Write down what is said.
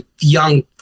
young